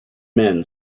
men